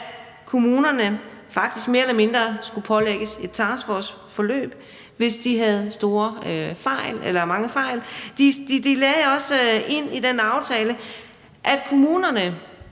at kommunerne faktisk mere eller mindre skulle pålægges et taskforceforløb, hvis de havde store eller mange fejl. De lagde også ind i den aftale, at kommunerne,